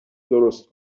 درست